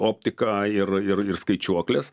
optika ir ir ir skaičiuoklės